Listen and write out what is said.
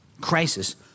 Crisis